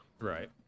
Right